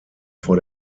vor